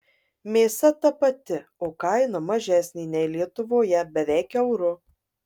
mėsa ta pati o kaina mažesnė nei lietuvoje beveik euru